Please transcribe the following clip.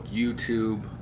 youtube